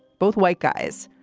both white guys,